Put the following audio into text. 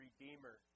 Redeemer